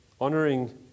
Honoring